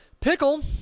Pickle